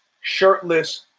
shirtless